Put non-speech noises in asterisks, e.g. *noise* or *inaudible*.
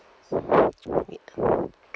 *noise* ya